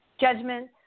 judgment